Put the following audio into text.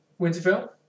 Winterfell